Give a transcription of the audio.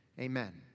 Amen